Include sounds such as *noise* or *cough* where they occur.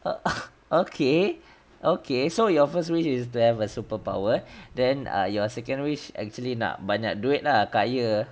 ah *noise* okay okay so your first wish is to have a superpower then err your second wish actually nak banyak duit lah kaya